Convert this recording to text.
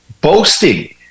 boasting